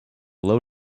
low